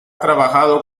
trabajado